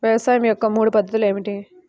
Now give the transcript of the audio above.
వ్యవసాయం యొక్క మూడు పద్ధతులు ఏమిటి?